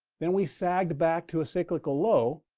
then we sagged back to a cyclical low,